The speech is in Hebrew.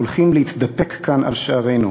הולכים להתדפק כאן על שערינו.